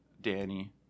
Danny